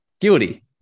Guilty